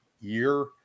year